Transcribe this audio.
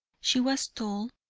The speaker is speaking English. she was tall,